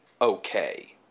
okay